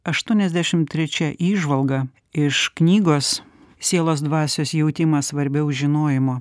aštuoniasdešimt trečia įžvalga iš knygos sielos dvasios jautimas svarbiau žinojimo